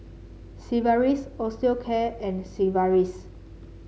Sigvaris Osteocare and Sigvaris